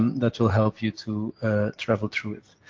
that will help you to travel through it.